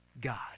God